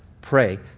Pray